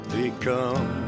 become